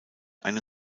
eine